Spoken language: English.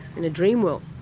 in a dream world.